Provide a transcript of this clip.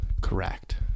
Correct